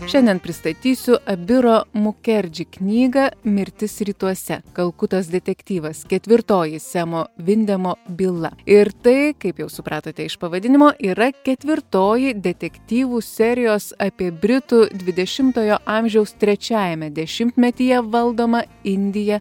šiandien pristatysiu abiro mukerdži knygą mirtis rytuose kalkutos detektyvas ketvirtoji semo vindemo byla ir tai kaip jau supratote iš pavadinimo yra ketvirtoji detektyvų serijos apie britų dvidešimtojo amžiaus trečiajame dešimtmetyje valdomą indiją